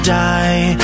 die